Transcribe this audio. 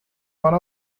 one